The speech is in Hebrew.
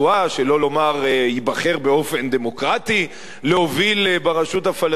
שלא לומר ייבחר באופן דמוקרטי להוביל ברשות הפלסטינית.